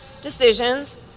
decisions